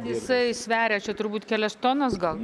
jisai sveria čia turbūt kelias tonas gal